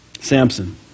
Samson